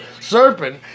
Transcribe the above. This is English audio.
Serpent